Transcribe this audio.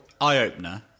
eye-opener